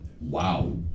Wow